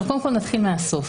נתחיל מהסוף.